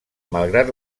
malgrat